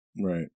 Right